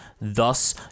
thus